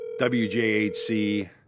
WJHC